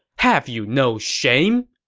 have you no shame!